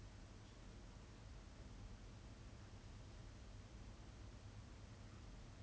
they just probably don't feel like what they're doing is wrong and like honestly in you and I perspective like